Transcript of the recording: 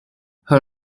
her